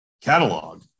catalog